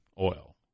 oil